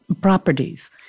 properties